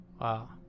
Wow